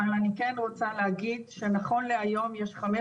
אבל אני כן רוצה להגיד שנכון להיום יש חמש